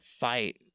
fight